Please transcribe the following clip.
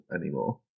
anymore